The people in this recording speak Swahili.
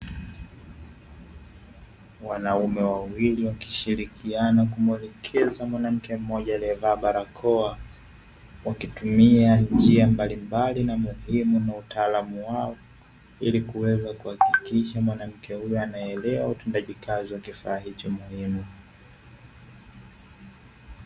Wanaume wawili wakishirikina kumwelekeza mwanamke mmoja aliyevaa barakoa, wakitumia njia mbalimbali na muhimu na utaalamu wao ili kuweza kuhakikisha mwanamke huyo anaelewa utendaji kazi wa kifaa hicho muhimu.